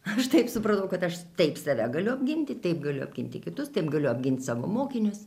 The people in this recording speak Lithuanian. aš taip supratau kad aš taip save galiu apginti taip galiu apginti kitus taip galiu apgint savo mokinius